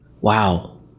Wow